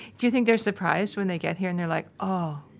do you think they're surprised when they get here and they're like, oh,